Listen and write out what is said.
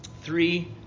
three